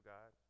God